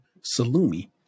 salumi